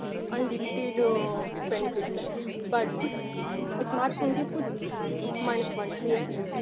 unlimited benefits हैं but smart phone के कुछ माइनस पॉइंट्स भी हैं